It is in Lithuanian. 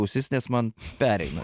ausis nes man pereina